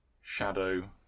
shadow